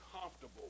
comfortable